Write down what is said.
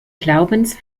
glaubens